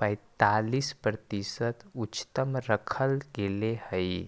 पैंतालीस प्रतिशत उच्चतम रखल गेले हई